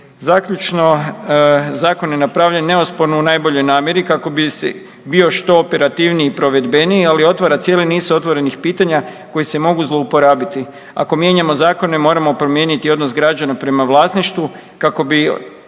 Zaključno, zakon je napravljen neosporno u najboljoj namjeri kako bi se bio što operativniji i provedbeniji ali otvara cijeli niz otvorenih pitanja koji se mogu zlouporabiti. Ako mijenjamo zakone moramo promijeniti i odnos građana prema vlasništvu kako bi